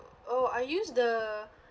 oh I use the